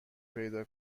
پیدا